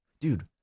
Dude